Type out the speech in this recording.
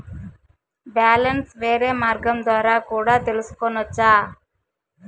Balance వేరే మార్గం ద్వారా కూడా తెలుసుకొనొచ్చా?